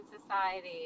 society